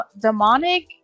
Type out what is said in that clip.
Demonic